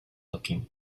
looking